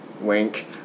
wink